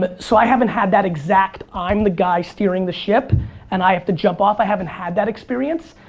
but so i haven't had that exact i'm the guy steering the ship and i have to jump off. i haven't had that experience.